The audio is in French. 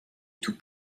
tout